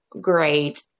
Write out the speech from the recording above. great